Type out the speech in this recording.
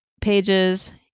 pages